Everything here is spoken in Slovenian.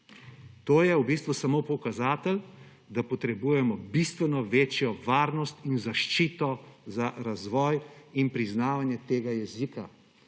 To je v bistvu samo pokazatelj, da potrebujemo bistveno večjo varnost in zaščito za razvoj in priznavanje tega jezika.